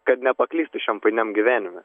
kad nepaklystų šiam painiam gyvenime